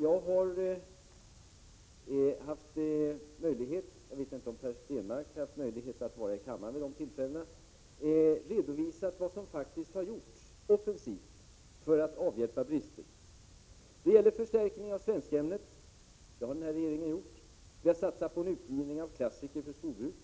Jag har flera gånger — jag vet inte om Per Stenmarck haft möjlighet att vara närvarande i kammaren vid de tillfällena — redovisat vad som faktiskt har gjorts offensivt för att avhjälpa brister. Det gäller förstärkning av svenskämnet — det har den här regeringen gjort. Vi har satsat på utgivning av klassiker för skolbruk.